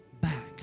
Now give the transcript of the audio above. back